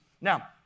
Now